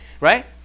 right